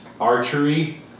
Archery